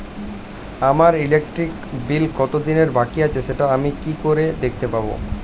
আমার electric bill কত দিনের বাকি আছে সেটা আমি কি করে দেখতে পাবো?